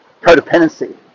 codependency